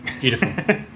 Beautiful